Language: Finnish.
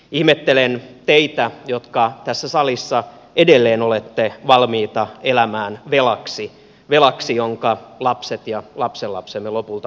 ihmettelen teitä jotka tässä salissa edelleen olette valmiita elämään velaksi velaksi jonka lapset ja lapsenlapsemme lopulta maksavat